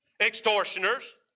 extortioners